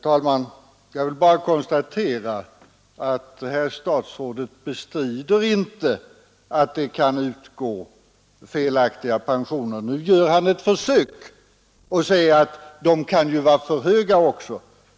Herr talman! Jag vill bara konstatera att herr statsrådet inte bestrider att det kan utgå felaktiga pensioner. Nu gör han ett försök och säger att de kan vara för höga.